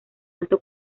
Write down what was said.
alto